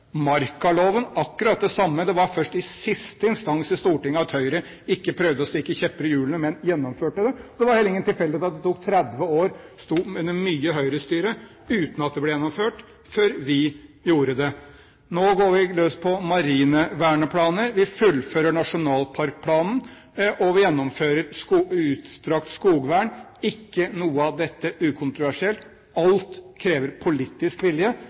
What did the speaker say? Markaloven – akkurat det samme. Det var først i siste instans, i Stortinget, at Høyre ikke prøvde å stikke kjepper i hjulene, men gjennomførte det. Det var heller ingen tilfeldighet at det tok 30 år under mye Høyre-styre uten at det ble gjennomført, før vi gjorde det. Nå går vi løs på marine verneplaner, vi fullfører nasjonalparkplanen, og vi gjennomfører utstrakt skogvern – ikke noe av dette ukontroversielt, alt krever politisk vilje,